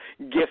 gift